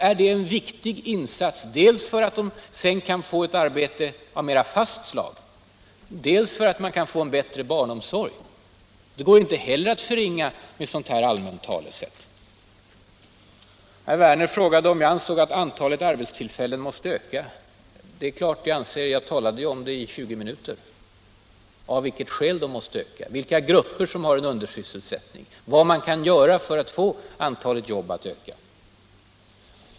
är det en viktig insats dels för att ungdomarna sedan kan få ett arbete av mera fast slag, dels för att vi kan få en bättre barnomsorg. Den insatsen går inte heller att förringa med ett sådant här allmänt talesätt. Herr Werner frågade om jag ansåg att antalet arbetstillfällen måste öka. Det är klart att jag anser det. Jag talade ju i 20 minuter om anledningen till att de måste öka, vilka grupper som har undersysselsättning och vad man kan göra för att få antalet jobb att öka.